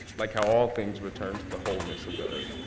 like how all things return to the wholeness of the earth.